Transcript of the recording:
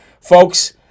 folks